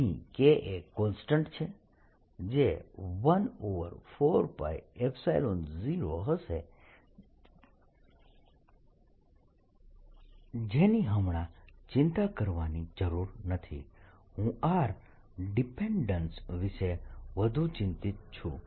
અહીં k એક constant છે જે 14π0 હશે જેની હમણાં ચિંતા કરવાની જરૂર નથી હું r ડિપેન્ડેન્સ વિશે વધુ ચિંતિત છું